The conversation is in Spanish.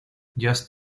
just